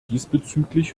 diesbezüglich